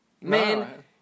Man